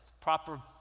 proper